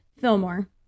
Fillmore